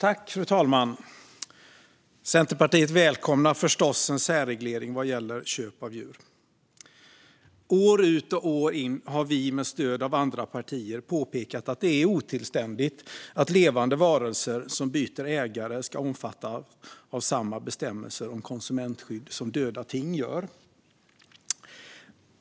Fru talman! Centerpartiet välkomnar förstås en särreglering vad gäller köp av djur. År ut och år in har vi med stöd av andra partier påpekat att det är otillständigt att levande varelser som byter ägare ska omfattas av samma bestämmelser om konsumentskydd som döda ting.